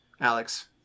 Alex